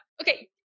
Okay